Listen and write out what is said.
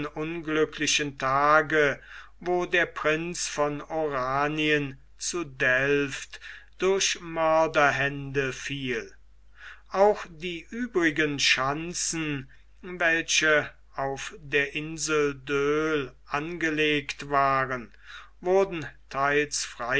unglücklichen tage wo der prinz von oranien zu delft durch mörderhände fiel auch die übrigen schanzen welche auf der insel doel angelegt waren wurden theils